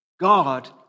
God